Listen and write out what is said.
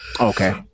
Okay